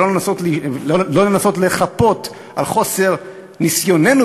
ולא לנסות לחפות על חוסר ניסיוננו